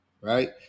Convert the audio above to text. right